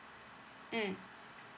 mm